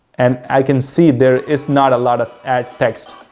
and i can see there is not a lot of ad text.